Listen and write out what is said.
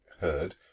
heard